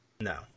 No